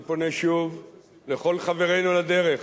אני פונה שוב לכל חברינו לדרך,